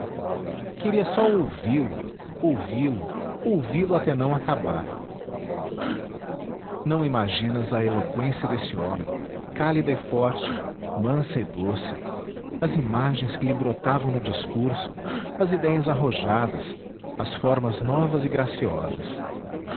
queria só ouvi-lo ouvi-lo ouvilo até não acabar não imaginas a eloqüência desse homem cálida e forte mansa e doce as imagens que lhe brotavam no discurso as idéias arrojadas as formas novas e graciosas